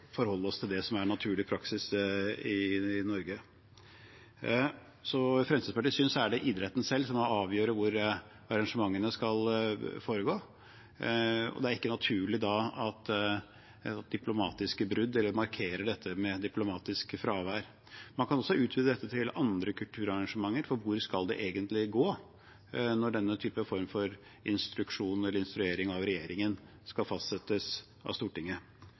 forholde oss til det som er naturlig praksis i Norge. Etter Fremskrittspartiets syn er det idretten selv som må avgjøre hvor arrangementene skal foregå, og det er ikke naturlig da med diplomatisk brudd eller å markere det med diplomatisk fravær. Man kan også utvide dette til andre kulturarrangementer, for hvor skal grensen egentlig gå når denne form for instruering av regjeringen skal fastsettes av Stortinget?